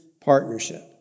partnership